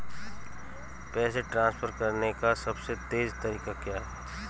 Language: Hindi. पैसे ट्रांसफर करने का सबसे तेज़ तरीका क्या है?